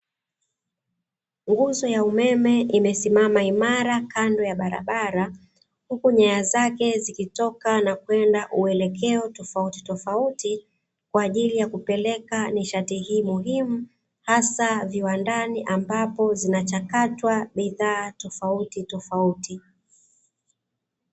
Nguzo ya umeme imesimama imara kando ya barabara, huku nyaya zake zikitoka na kwenda uelekeo tofautitofauti kwa ajili ya kupeleka nishati hii muhimu hasa viwandani ambapo zinachakatwa bidhaa tofautitofauti.